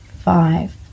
five